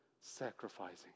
sacrificing